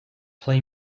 play